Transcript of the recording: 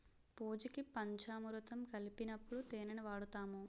పూజకి పంచామురుతం కలిపినప్పుడు తేనిని వాడుతాము